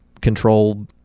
control